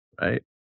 right